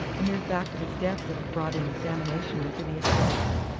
the mere fact of his death would have brought an examination into the accounts.